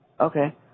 Okay